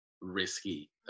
risky